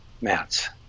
mats